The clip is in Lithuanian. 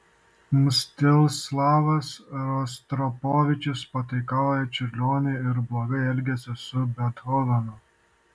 mstislavas rostropovičius pataikauja čiurlioniui ir blogai elgiasi su bethovenu